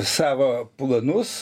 savo planus